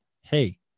hey